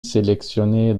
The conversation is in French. sélectionné